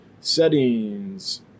Settings